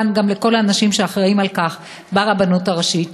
וכמובן גם לכל האנשים שאחראים לכך ברבנות הראשית,